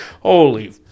holy